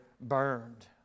burned